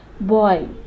Boy